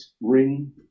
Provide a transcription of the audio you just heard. ring